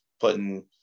putting